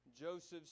Joseph's